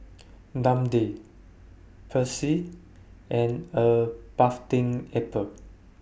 Dundee Persil and A Bathing Ape